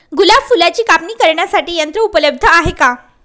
गुलाब फुलाची कापणी करण्यासाठी यंत्र उपलब्ध आहे का?